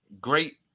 Great